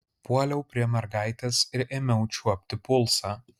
puoliau prie mergaitės ir ėmiau čiuopti pulsą